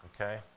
Okay